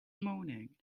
moaning